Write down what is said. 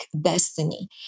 destiny